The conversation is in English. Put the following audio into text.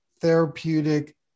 therapeutic